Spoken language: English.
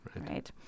right